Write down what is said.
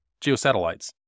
geosatellites